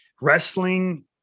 wrestling